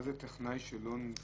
מה זה טכנאי שלא --- עכשיו,